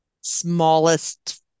smallest